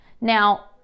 now